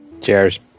cheers